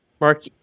Mark